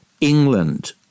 England